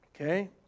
Okay